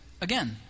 again